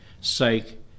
sake